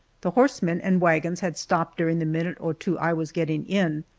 the horsemen and wagons had stopped during the minute or two i was getting in,